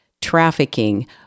trafficking